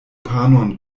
panon